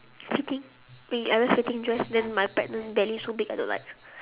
fitting I wear fitting dress then my pregnant belly so big I don't like